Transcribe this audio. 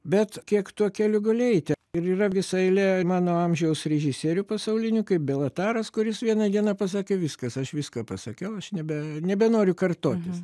bet kiek tuo keliu gali eiti ir yra visa eilė mano amžiaus režisierių pasaulinių kaip bielataras kuris vieną dieną pasakė viskas aš viską pasakiau aš nebe nebenoriu kartotis